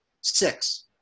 six